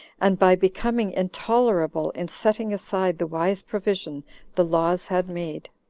and by becoming intolerable, in setting aside the wise provision the laws had made,